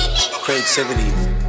Creativity